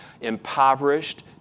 impoverished